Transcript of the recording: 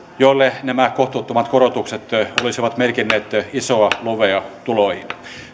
joille nämä kohtuuttomat korotukset olisivat merkinneet isoa lovea tuloihin